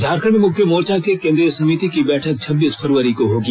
झारखंड मुक्ति मोर्चा के केंद्रीय समिति की बैठक छब्बीस फरवरी को होगी